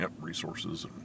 resources